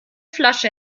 flasche